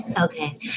okay